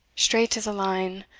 streight as a line,